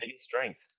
strength